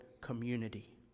community